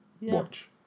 watch